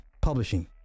publishing